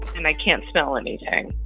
and i can't smell anything.